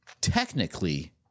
technically